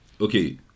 Okay